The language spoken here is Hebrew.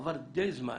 עבר די זמן.